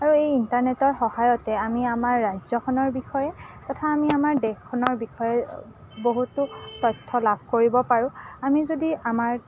আৰু এই ইণ্টাৰনেটৰ সহায়তে আমি আমাৰ ৰাজ্যখনৰ বিষয়ে তথা আমি আমাৰ দেশখনৰ বিষয়ে বহুতো তথ্য লাভ কৰিব পাৰোঁ আমি যদি আমাৰ